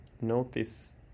Notice